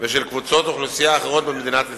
ושל קבוצות אוכלוסייה אחרות במדינת ישראל,